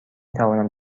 توانم